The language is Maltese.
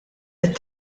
qed